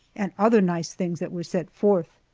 and other nice things that were set forth.